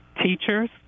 teachers